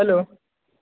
hello